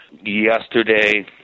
Yesterday